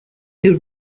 who